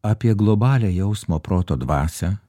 apie globalią jausmo proto dvasią